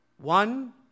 One